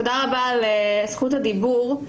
תודה רבה על זכות הדיבור.